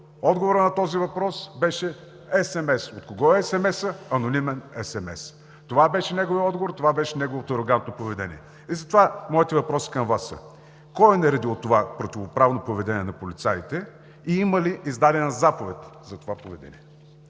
Отговорът на този въпрос беше sms. От кого е sms-ът? Анонимен sms. Това беше неговият отговор, това беше неговото арогантно поведение. Затова моите въпроси към Вас са: кой е наредил това противоправно поведение на полицаите и има ли издадена заповед за това поведение?